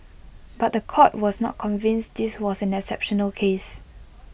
but The Court was not convinced this was an exceptional case